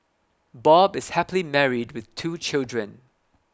Bob is happily married with two children